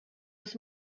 des